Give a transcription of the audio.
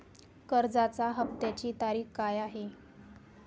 कर्जाचा हफ्त्याची तारीख काय आहे?